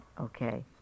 okay